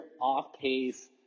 off-pace